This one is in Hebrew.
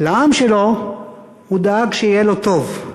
לעם שלו הוא דאג שיהיה לו טוב,